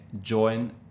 join